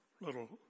little